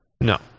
no